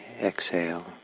exhale